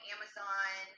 Amazon